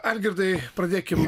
algirdai pradėkime